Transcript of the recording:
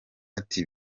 ati